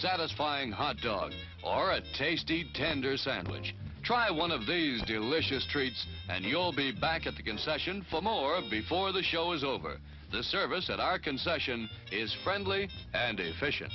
satisfying hotdog or a tasty tender sandwich try one of these delicious treats and you'll be back at the concession for more before the show is over the service at our concession is friendly and